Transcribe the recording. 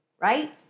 right